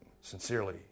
Sincerely